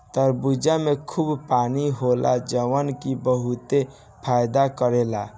तरबूजा में खूब पानी होला जवन की बहुते फायदा करेला